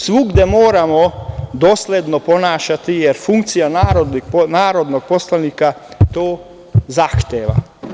Svugde se moramo dosledno ponašati, jer funkcija narodnog poslanika to zahteva.